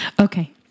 Okay